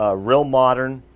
ah real modern.